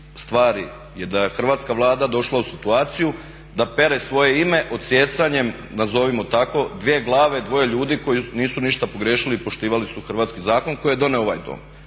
stvari je da je hrvatska Vlada došla u situaciju da pere svoje ime odsijecanjem nazovimo tako dvije glave, dvoje ljudi koji nisu ništa pogriješili i poštivali su hrvatski zakon koji je doneo ovaj Dom.